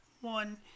one